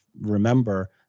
remember